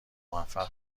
موفق